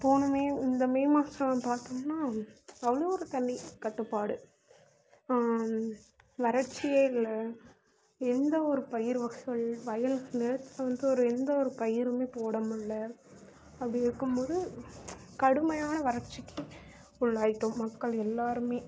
போன மே இந்த மே மாதம் பார்த்திங்ன்னா அவ்வளோ ஒரு தண்ணி கட்டுப்பாடு வறட்சியே இல்லை எந்த ஒரு பயிர் வகைகள் வயல்களில் வந்து ஒரு எந்த ஒரு பயிறுமே போட முடியல அப்படி இருக்கும்போது கடுமையான வறட்சிக்கு உள்ளாகிட்டோம் மக்கள் எல்லாேருமே